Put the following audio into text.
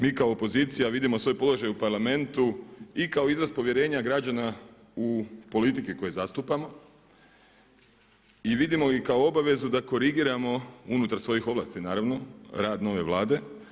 Mi kao opozicija vidimo svoj položaj u Parlamentu i kao izraz povjerenja građana u politike koje zastupamo i vidimo i kao obvezu da korigiramo, unutar svojih ovlasti naravno, rad nove Vlade.